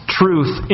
truth